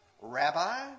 Rabbi